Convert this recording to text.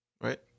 right